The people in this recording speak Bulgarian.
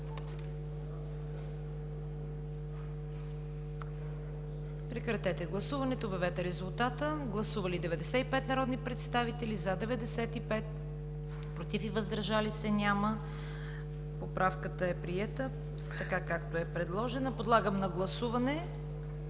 Моля, гласувайте. Гласували 95 народни представители: за 95, против и въздържали се няма. Поправката е приета, така както е предложена. Подлагам на гласуване